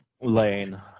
lane